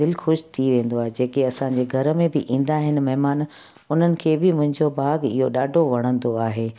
दिलि ख़ुशि थी वेंदो आहे जेके असांजे घर में बि ईंदा आहिनि महिमान उन्हनि खे बि मुंहिंजो बाग़ु इहो ॾाढो वणंदो आहे